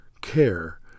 care